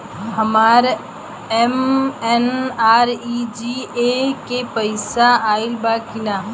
हमार एम.एन.आर.ई.जी.ए के पैसा आइल बा कि ना?